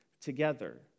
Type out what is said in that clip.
together